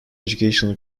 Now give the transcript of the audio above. educational